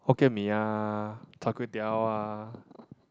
Hokkien Mee ah Char-Kway-Teow ah